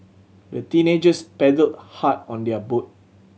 the teenagers paddled hard on their boat